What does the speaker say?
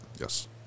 Yes